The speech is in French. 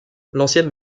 l’ancienne